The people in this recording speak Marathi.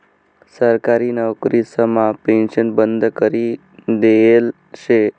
सरकारी नवकरीसमा पेन्शन बंद करी देयेल शे